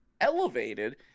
elevated